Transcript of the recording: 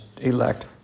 elect